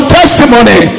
testimony